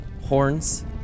horns